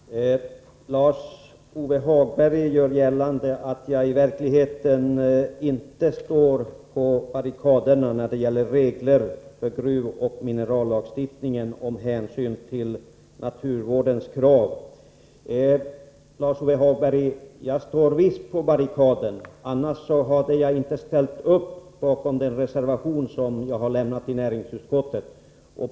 Herr talman! Lars-Ove Hagberg gör gällande att jag inte skulle stå på barrikaderna i fråga om regler om hänsyn till naturvårdens krav när det gäller gruvoch minerallagstiftningen. Jag står visst på barrikaden, Lars-Ove Hagberg. Annars hade jag inte avgivit den reservation som jag har lämnat till näringsutskottet.